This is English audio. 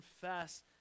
confess